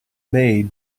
made